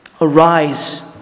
Arise